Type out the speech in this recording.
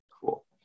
Cool